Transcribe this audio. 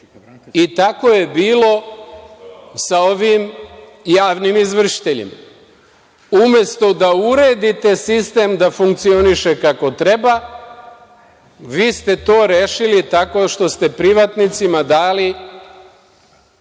Tako je bilo sa ovim javnim izvršiteljima. Umesto da uredite sistem, da funkcioniše kako treba, vi ste to rešili tako što ste privatnicima dali